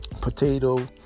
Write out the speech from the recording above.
potato